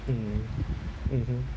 mm mmhmm